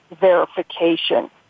verification